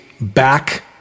back